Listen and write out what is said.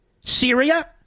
Syria